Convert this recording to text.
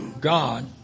God